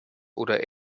oder